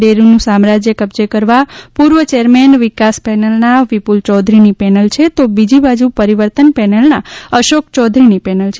ડેરીનું સામ્રાજય કબજે કરવા પૂર્વ ચેરમેન વિકાસ પેનલના વિપુલ ચૌધરીની પેનલ છે તો બીજી બાજુ પરિવર્તન પેનલના અશોક ચૌધરીની પેનલ છે